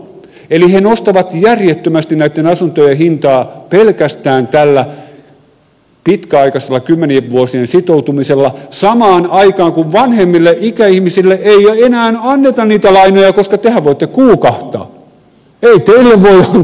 eli he nostavat järjettömästi näitten asuntojen hintaa pelkästään tällä pitkäaikaisella kymmenien vuosien sitoutumisella samaan aikaan kun vanhemmille ikäihmisille ei enää anneta niitä lainoja koska tehän voitte kuukahtaa